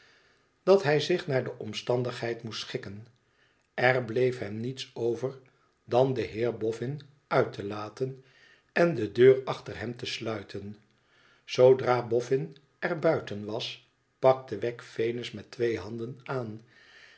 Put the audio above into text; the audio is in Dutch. dat hij zich naar de omstandigheid moest schikken er bleef hem niets over dan den heer bofün uit te laten en de dem achter hem te sluiten zoodra boffin er buiten was pakte wegg venus met twee handen aan